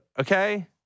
Okay